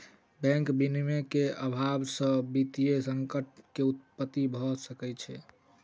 bank विनियमन के अभाव से वित्तीय संकट के उत्पत्ति भ सकै छै